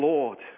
Lord